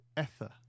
Ether